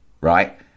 right